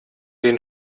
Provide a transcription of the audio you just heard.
den